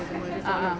ah ah